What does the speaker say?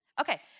okay